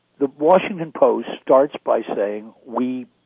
the washington post starts by saying we